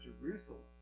Jerusalem